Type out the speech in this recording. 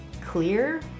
clear